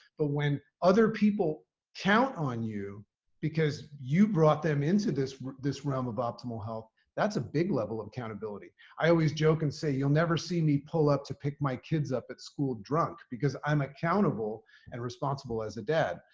but when other people count on you because you brought them into this this realm of optimal health, that's a big level of accountability. i always joke and say you'll never see me pull up to pick my kids up at school drunk because i'm accountable and responsible as a dad.